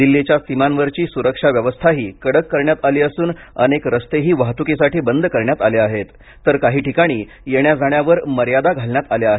दिल्लीच्या सीमांवरची सुरक्षाव्यवस्थाही कडक करण्यात आली असून अनेक रस्तेही वाहतुकीसाठी बंद करण्यात आले असून काही ठिकाणी येण्या जाण्यावर मर्यादा घालण्यात घालण्यात आल्या आहेत